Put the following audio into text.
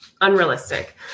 unrealistic